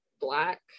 black